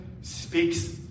speaks